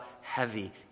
heavy